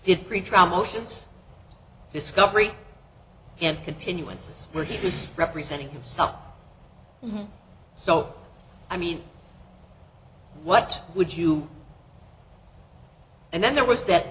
did pretrial motions discovery and continuances where he has spread presenting himself so i mean what would you and then there was that